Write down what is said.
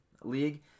league